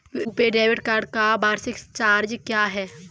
RuPay debit card का वार्षिक charge क्या है?